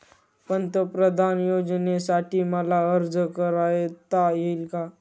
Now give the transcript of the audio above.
पंतप्रधान योजनेसाठी मला अर्ज करता येईल का?